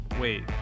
wait